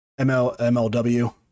MLW